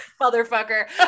motherfucker